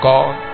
God